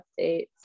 updates